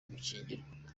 ugukingirwa